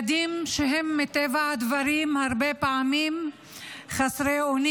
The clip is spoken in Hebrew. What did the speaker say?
שהם מטבע הדברים הרבה פעמים חסרי אונים